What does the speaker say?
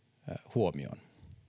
huomioon